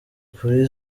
kuri